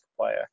player